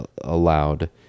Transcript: allowed